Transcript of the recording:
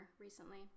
recently